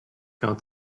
qu’un